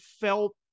felt